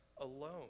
alone